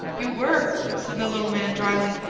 you were, said the little man dryly.